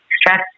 stress